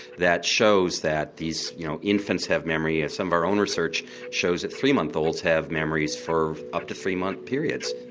that shows that these you know infants have memory. ah some of our own research shows that three-month-olds have memories for up to three-month periods.